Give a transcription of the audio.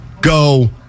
Go